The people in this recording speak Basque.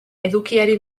edukiari